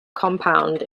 compound